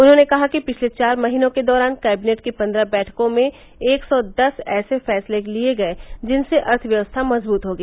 उन्होंने कहा कि पिछले चार महीनों के दौरान कैबिनेट की पन्द्रह बैठकों में एक सौ दस ऐसे फैसले लिये गए जिनसे अर्थव्यवस्था मजबूत होगी